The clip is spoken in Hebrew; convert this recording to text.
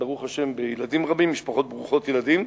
ברוך השם, בילדים רבים, משפחות ברוכות ילדים,